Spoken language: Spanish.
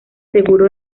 seguro